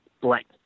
blank